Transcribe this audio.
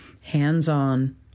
hands-on